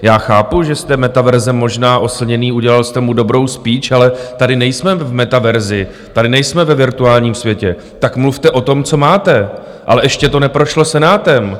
Já chápu, že jste z Metaverse možná oslněný, udělal jste mu dobrou speach, ale tady nejsme v Metaversi, tady nejsme ve virtuálním světě, tak mluvte o tom, co máte, ale ještě to neprošlo Senátem.